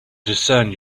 discern